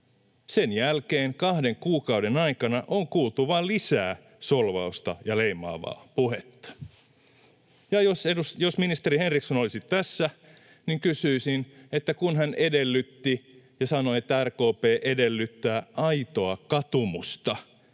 Sen jälkeen kahden kuukauden aikana on kuultu vain lisää solvausta ja leimaavaa puhetta. Ja jos ministeri Henriksson olisi tässä, niin kysyisin, kun hän edellytti ja sanoi, että RKP edellyttää aitoa katumusta,